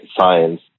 science